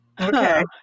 Okay